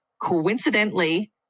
coincidentally